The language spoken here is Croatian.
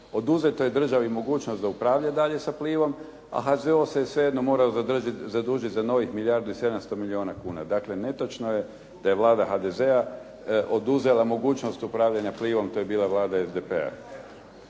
Oduzeta je državi mogućnost da upravlja dalje s Plivom, a HZZO se svejedno morao zadužiti za novih milijardu i 700 milijuna kuna. Dakle, netočno je da je Vlada HDZ-a oduzela mogućnost upravljanja Plivom. To je bila Vlada SDP-a.